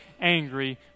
angry